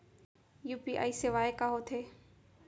UPI सेवाएं का होथे